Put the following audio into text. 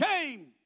came